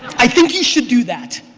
i think you should do that.